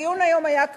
הדיון היום היה,